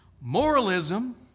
moralism